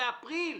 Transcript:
באפריל?